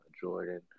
Jordan